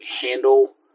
handle